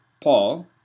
Paul